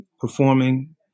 performing